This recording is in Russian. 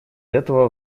этого